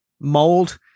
mold